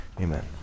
Amen